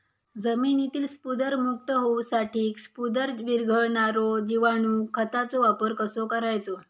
जमिनीतील स्फुदरमुक्त होऊसाठीक स्फुदर वीरघळनारो जिवाणू खताचो वापर कसो करायचो?